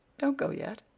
don't go yet.